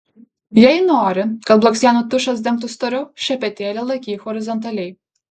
jei nori kad blakstienų tušas dengtų storiau šepetėlį laikyk horizontaliai